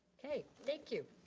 okay, thank you.